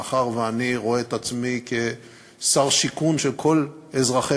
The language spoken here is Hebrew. מאחר שאני רואה את עצמי שר שיכון של כל אזרחי